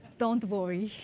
don't worry.